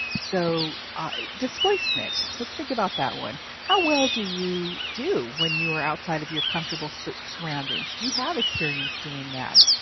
so displacement, let's think about that one. how well do you do when you are outside of your comfortable so surroundings? do you have experience doing that?